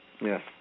Yes